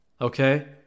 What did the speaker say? Okay